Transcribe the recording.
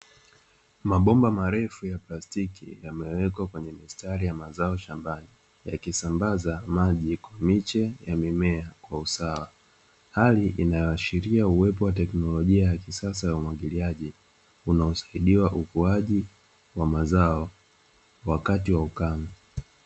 Mabomba marefu ya plastiki yamewekwa kwa mstari shambani yakiwa yanatumika kwa umwagiliaji hali inayoonyesha teknolojia ya kisasa ya umwagiliaji inayosaidia ukuaji wa mazao wakati wa ukame